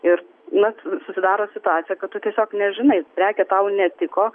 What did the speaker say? ir net susidaro situacija kad tu tiesiog nežinai prekė tau netiko